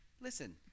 Listen